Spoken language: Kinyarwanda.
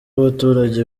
abaturage